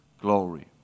glory